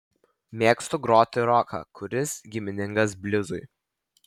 mėgstu groti roką kuris giminingas bliuzui